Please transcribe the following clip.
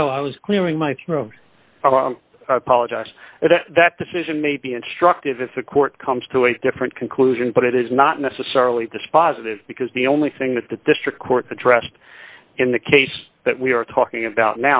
know i was clearing my throat apologize if that decision may be instructive if the court comes to a different conclusion but it is not necessarily dispositive because the only thing that the district court addressed in the case that we are talking about